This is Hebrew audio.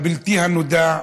מהבלתי-נודע,